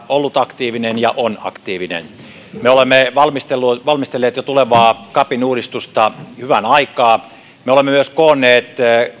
ollut aktiivinen ja on aktiivinen tässäkin eu asiassa me olemme valmistelleet jo tulevaa capin uudistusta hyvän aikaa me olemme myös koonneet